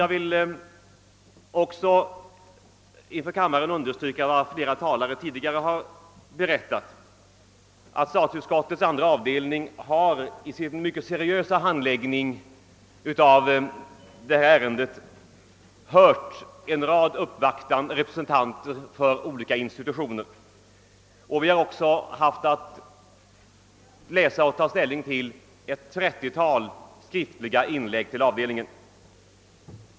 Jag vill också inför kammaren understryka vad flera talare har berättat, att statsutskottets andra avdelning i sin mycket seriösa handläggning av detta ärende har hört en rad uppvaktande representanter för olika institutioner. Vi har också haft att ta ställning till ett trettiotal skriftliga inlägg som inkommit till avdelningen.